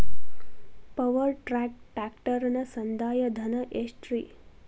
Power track ಟ್ರ್ಯಾಕ್ಟರನ ಸಂದಾಯ ಧನ ಎಷ್ಟ್ ರಿ?